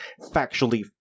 Factually